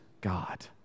God